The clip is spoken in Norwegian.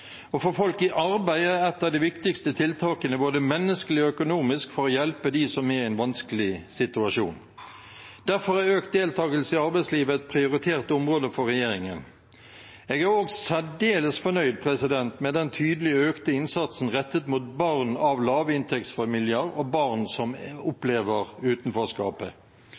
Å få folk i arbeid er et av de viktigste tiltakene, både menneskelig og økonomisk, for å hjelpe dem som er i en vanskelig situasjon. Derfor er økt deltagelse i arbeidslivet et prioritert område for regjeringen. Jeg er også særdeles fornøyd med den tydelige, økte innsatsen rettet mot barn av lavinntektsfamilier og barn som opplever utenforskapet.